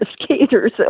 skaters